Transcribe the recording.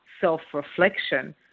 self-reflection